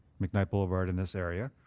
mcknight boulevard in this area.